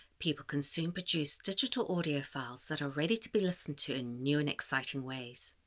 people can soon produce digital audio files that are ready to be listened to in new and exciting ways.